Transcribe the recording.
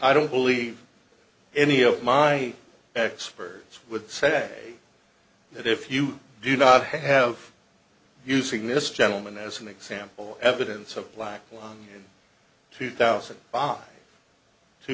i don't believe any of my experts would say that if you do not have using this gentleman as an example evidence of a black one in two thousand baht two